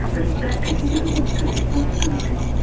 but his deputy didn't want to take responsibility.